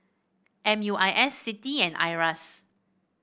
M U I S CITI and Iras